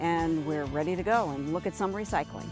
and we're ready to go and look at some recycling